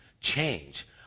change